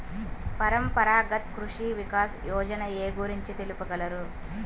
పరంపరాగత్ కృషి వికాస్ యోజన ఏ గురించి తెలుపగలరు?